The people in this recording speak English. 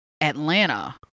Atlanta